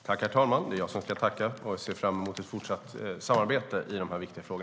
Herr talman! Det är jag som ska tacka, och jag ser fram emot ett fortsatt samarbete i dessa viktiga frågor.